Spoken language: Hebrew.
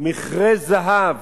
מכרה זהב.